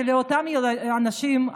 כי לאותם אנשים,